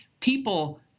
people